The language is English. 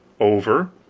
over!